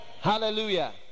Hallelujah